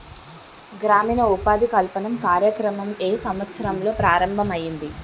గ్రామీణ ఉపాధి కల్పన కార్యక్రమం ఏ సంవత్సరంలో ప్రారంభం ఐయ్యింది?